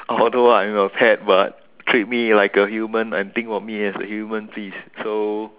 although I'm a pet but treat me like a human and think of me as a human please so